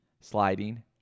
sliding